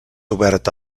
oberta